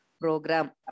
program